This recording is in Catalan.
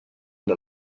per